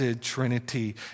Trinity